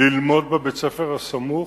ללמוד בבית-הספר הסמוך,